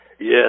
Yes